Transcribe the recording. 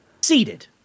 seated